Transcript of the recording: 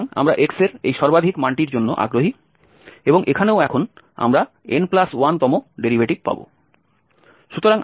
সুতরাং আমরা x এর এই সর্বাধিক মানটির জন্য আগ্রহী এবং এখানেও এখন আমরা n1তম ডেরিভেটিভ পাব